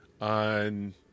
on